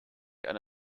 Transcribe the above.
eine